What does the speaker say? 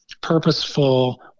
purposeful